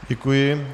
Děkuji.